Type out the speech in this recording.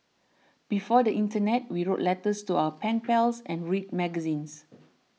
before the internet we wrote letters to our pen pals and read magazines